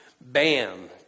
bam